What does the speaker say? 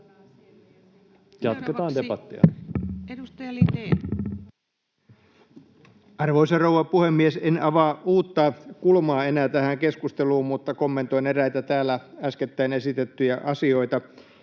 20:05 Content: Arvoisa rouva puhemies! En avaa uutta kulmaa enää tähän keskusteluun, mutta kommentoin eräitä täällä äskettäin esitettyjä asioita.